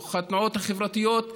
בתוך התנועות החברתיות,